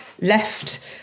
left